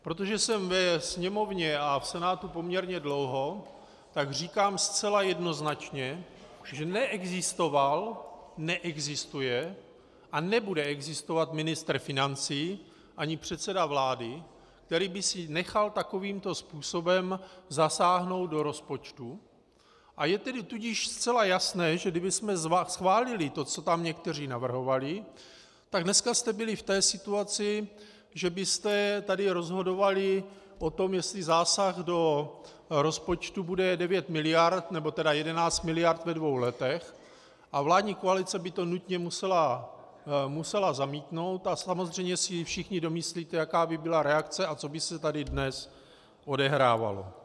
Protože jsem ve Sněmovně a v Senátu poměrně dlouho, tak říkám zcela jednoznačně, že neexistoval, neexistuje a nebude existovat ministr financí ani předseda vlády, který by si nechal takovýmto způsobem zasáhnout do rozpočtu, a je tedy tudíž zcela jasné, že kdybychom schválili to, co tam někteří navrhovali, tak dneska jste byli v té situaci, že byste tady rozhodovali o tom, jestli zásah do rozpočtu bude 9 miliard, nebo tedy 11 miliard ve dvou letech, a vládní koalice by to nutně musela zamítnout a samozřejmě si všichni domyslíte, jaká by byla reakce a co by se tady dnes odehrávalo.